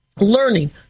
Learning